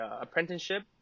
apprenticeship